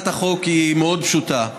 היא מאוד פשוטה.